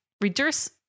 Reduce